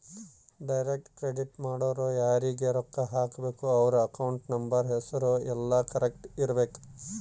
direct credit ಮಾಡೊರು ಯಾರೀಗ ರೊಕ್ಕ ಹಾಕಬೇಕು ಅವ್ರ ಅಕೌಂಟ್ ನಂಬರ್ ಹೆಸರು ಯೆಲ್ಲ ಕರೆಕ್ಟ್ ಇರಬೇಕು